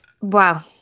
wow